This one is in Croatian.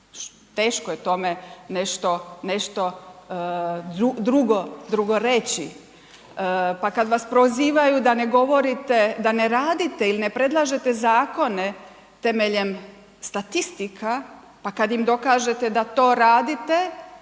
teško je tome nešto drugo reći. Pa kad vas prozivaju da ne govorite, da ne radite ili ne predlažete zakone temeljem statistika pa kad im dokažete da to radite